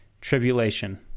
tribulation